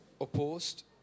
opposed